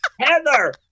Heather